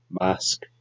mask